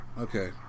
Okay